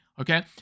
Okay